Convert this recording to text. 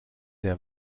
der